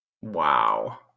wow